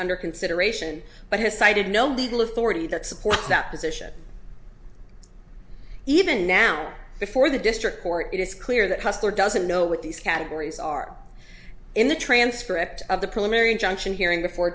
under consideration but has cited no legal authority that support that position even now before the district court it is clear that customer doesn't know what these categories are in the transcript of the preliminary injunction hearing before